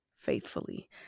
faithfully